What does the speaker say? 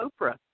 Oprah